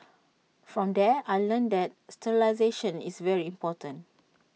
from there I learnt that sterilisation is very important